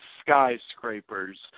skyscrapers